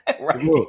Right